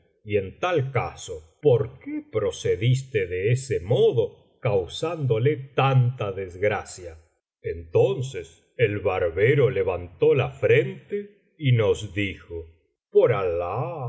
y en tal caso por qué procediste de ese modo causándole tanta desgracia entonces el barbero levantó la frente tomo ii biblioteca valenciana generalitat valenciana las mil noches y una noche y nos dijo por alah